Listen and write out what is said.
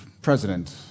President